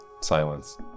Silence